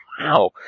Wow